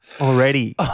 already